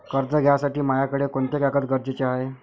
कर्ज घ्यासाठी मायाकडं कोंते कागद गरजेचे हाय?